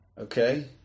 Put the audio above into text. Okay